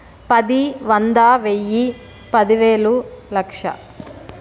పది వంద వెయ్యి పదివేలు లక్ష